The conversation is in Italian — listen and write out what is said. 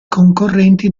concorrenti